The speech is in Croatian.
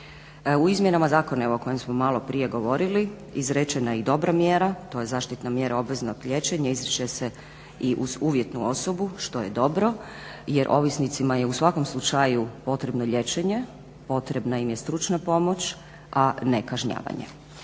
U izmjenama zakona, evo o kojim smo maloprije govorili izrečena je i dobra mjera, to je zaštitna mjera obveznog liječenja, izriče se i uz uz uvjetnu osobu što je dobro jer ovisnicima je u svakom slučaju potrebno liječenje, potrebna im je stručna pomoć a ne kažnjavanje.